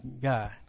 God